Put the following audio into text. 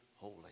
holy